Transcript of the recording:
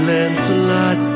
Lancelot